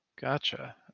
Gotcha